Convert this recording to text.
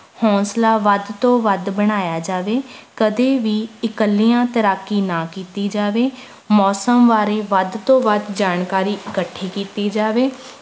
ਹੌਸਲਾ ਵੱਧ ਤੋਂ ਵੱਧ ਬਣਾਇਆ ਜਾਵੇ ਕਦੇ ਵੀ ਇਕੱਲਿਆਂ ਤੈਰਾਕੀ ਨਾ ਕੀਤੀ ਜਾਵੇ ਮੌਸਮ ਬਾਰੇ ਵੱਧ ਤੋਂ ਵੱਧ ਜਾਣਕਾਰੀ ਇਕੱਠੀ ਕੀਤੀ ਜਾਵੇ